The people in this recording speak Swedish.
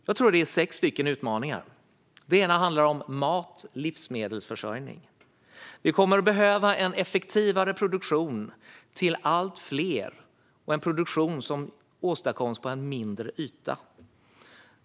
Jag tror att det är sex utmaningar. Den första handlar om området mat och livsmedelsförsörjning. Vi kommer att behöva en effektivare produktion till allt fler och en produktion som åstadkoms på en mindre yta.